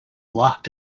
locked